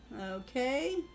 okay